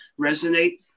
resonate